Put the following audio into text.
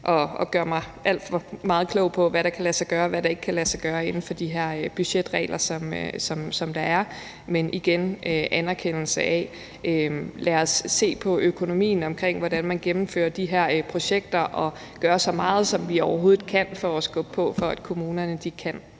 at gøre mig alt for klog på, hvad der kan lade sig gøre, og hvad der ikke kan lade sig gøre inden for de budgetregler, der er. Men igen vil jeg komme med en anerkendelse og sige: Lad os se på økonomien omkring, hvordan man gennemfører de her projekter, og gøre så meget, som vi overhovedet kan, for at skubbe på for, at kommunerne kan